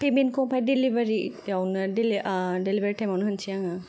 पेमेन्टखौ आमफाय देलिभारियावनो देलि आ देलिभारि टाइमावनो होनसै आङो